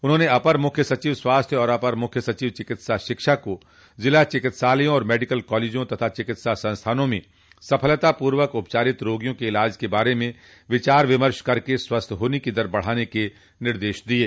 उन्होंने अपर मुख्य सचिव स्वास्थ्य और अपर मुख्य सचिव चिकित्सा शिक्षा को जिलाचिकित्सालयों और मेडिकल कॉलेजों तथा चिकित्सा संस्थानों में सफलतापूर्वक उपचारित रोगियों के इलाज के बारे में विचार विमर्श कर स्वस्थ होने की दर बढ़ाने के निर्देश दिये